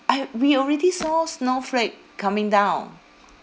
I we already saw snowflake coming down